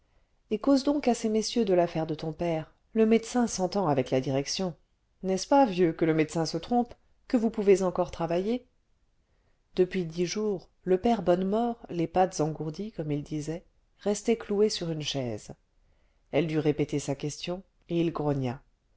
et cause donc à ces messieurs de l'affaire de ton père le médecin s'entend avec la direction n'est-ce pas vieux que le médecin se trompe que vous pouvez encore travailler depuis dix jours le père bonnemort les pattes engourdies comme il disait restait cloué sur une chaise elle dut répéter sa question et il grogna